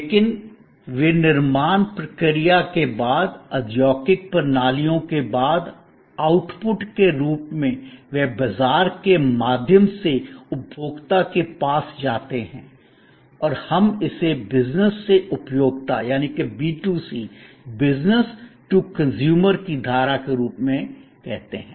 लेकिन विनिर्माण प्रक्रिया के बाद औद्योगिक प्रणालियों के बाद आउटपुट के रूप में वे बाजार के माध्यम से उपभोक्ता के पास जाते हैं और हम इसे बिजनेस से उपभोक्ता B2C business to consumer की धारा के रूप में कहते हैं